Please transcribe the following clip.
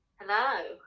Hello